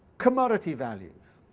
commodity values.